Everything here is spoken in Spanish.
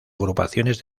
agrupaciones